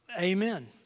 Amen